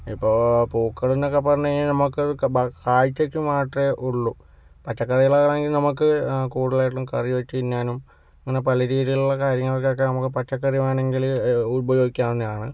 ഇപ്പോൾ പൂക്കള്ന്നൊക്കെ പറഞ്ഞ്കഴിഞ്ഞാൽ നമുക്കത് ഭ കാഴ്ചയ്ക്ക് മാത്രമേ ഒളളൂ പച്ചക്കറികളാണെൽ നമുക്ക് കൂടുതലായിട്ടും കറിവെച്ച് തിന്നാനും പലരീതിയിലുള്ള കാര്യങ്ങൾക്കൊക്കെ നമുക്ക് പച്ചക്കറി വെണെങ്കില് ഉപയോഗിക്കാവുന്നെയാണ്